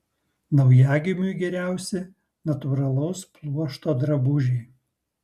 naujagimiui geriausi natūralaus pluošto drabužiai